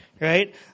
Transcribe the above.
right